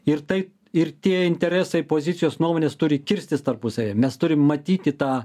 ir tai ir tie interesai pozicijos nuomonės turi kirstis tarpusavyje mes turim matyti tą